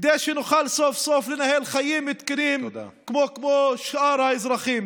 כדי שנוכל סוף-סוף לנהל חיים תקינים כמו שאר האזרחים.